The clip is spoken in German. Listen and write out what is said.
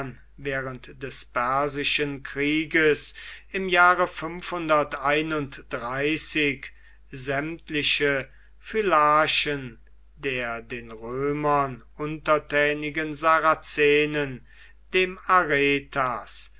während des persischen krieges im jahre sämtliche phylarchen der den römern untertänigen sarazenen dem arethas